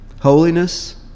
Holiness